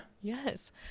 Yes